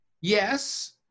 yes